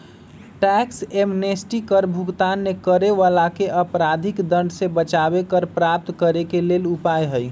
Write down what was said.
tax amnesty कर भुगतान न करे वलाके अपराधिक दंड से बचाबे कर प्राप्त करेके लेल उपाय हइ